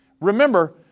Remember